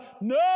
no